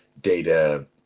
data